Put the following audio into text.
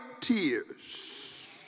tears